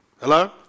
Hello